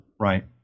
Right